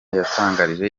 yatangarije